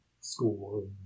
school